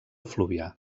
fluvià